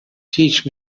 teach